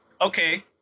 Okay